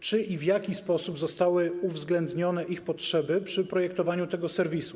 Czy i w jaki sposób zostały uwzględnione ich potrzeby przy projektowaniu tego serwisu?